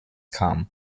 kam